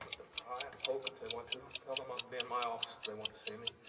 pry and poke if they want to. tell them i'll be in my office if they want to see me.